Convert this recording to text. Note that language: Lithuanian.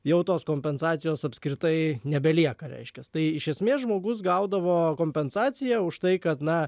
jau tos kompensacijos apskritai nebelieka reiškias tai iš esmės žmogus gaudavo kompensaciją už tai kad na